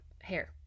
hair